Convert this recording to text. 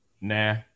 nah